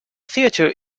theater